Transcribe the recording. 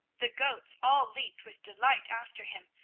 the goats all leaped with delight after him,